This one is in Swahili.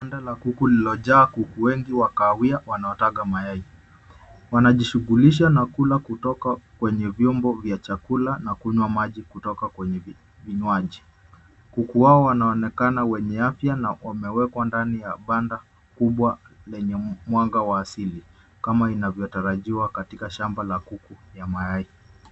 Banda la kuku lililojaa kuku wengi wa kahawia wanaotaga mayai. Wanajishughulisha na kula kutoka kwenye vyombo vya chakula na kunywa maji kutoka kwenye vinywaji. Kuku hawa wanaonekana wenye afya na wamewekwa ndani ya banda kubwa lenye mwanga wa asili kama inavyotarajiwa katika shamba la kuku ya mayai.